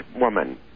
woman